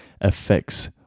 affects